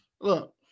Look